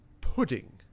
pudding